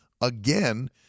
again